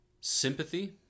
sympathy